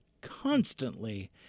constantly